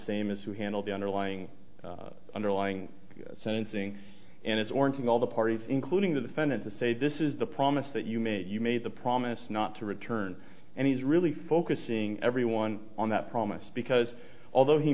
same as who handled the underlying underlying sentencing and it's orange in all the parties including the defendant to say this is the promise that you made you made the promise not to return and he's really focusing everyone on that promise because although he